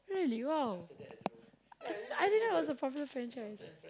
really !wow! I I didn't know it was popular franchise